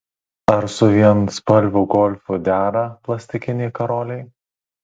ar su vienspalviu golfu dera plastikiniai karoliai